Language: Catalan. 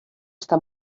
està